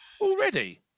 Already